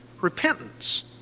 repentance